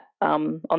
on